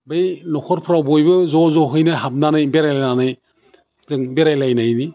बै नख'रफ्राव बयबो ज' ज'हैनो हाबनानै बेरायलायनानै जों बेरायलायनायनि